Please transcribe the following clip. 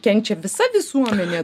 kenčia visa visuomenė